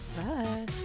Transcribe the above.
Bye